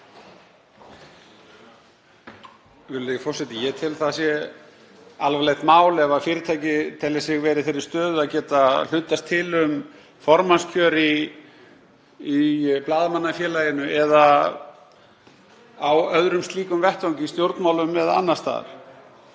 Virðulegi forseti. Ég tel að það sé alvarlegt mál ef fyrirtæki telja sig vera í þeirri stöðu að geta hlutast til um formannskjör í Blaðamannafélaginu eða á öðrum slíkum vettvangi, í stjórnmálum eða annars staðar.